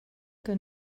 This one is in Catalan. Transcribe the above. que